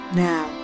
now